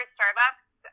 Starbucks